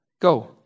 go